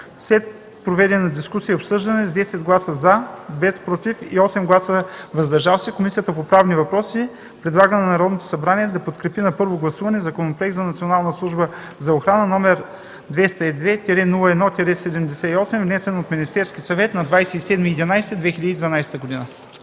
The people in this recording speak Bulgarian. След проведената дискусия и обсъждане, с 10 гласа „за”, без „против” и 8 гласа „въздържали се”, Комисията по правни въпроси предлага на Народното събрание да подкрепи на първо гласуване Законопроект за Националната служба за охрана, № 202-01-78, внесен от Министерския съвет на 27 ноември